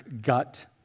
gut